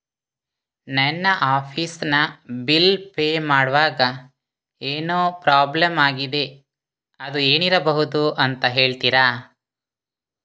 ನನ್ನ ಆಫೀಸ್ ನ bill pay ಮಾಡ್ವಾಗ ಏನೋ ಪ್ರಾಬ್ಲಮ್ ಆಗಿದೆ ಅದು ಏನಿರಬಹುದು ಅಂತ ಹೇಳ್ತೀರಾ?